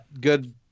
good